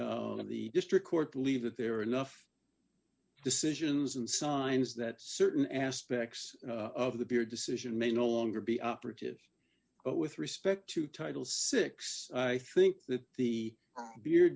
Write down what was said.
of the district court leave that there are enough decisions and signs that certain aspects of the beer decision may no longer be operative with respect to title six i think that the be